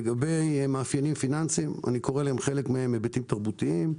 לגבי מאפיינים פיננסיים אני קורא לחלק מהם היבטים תרבותיים.